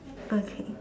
okay